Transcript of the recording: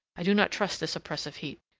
i do not trust this oppressive heat.